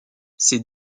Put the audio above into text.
ces